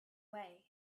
way